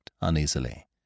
uneasily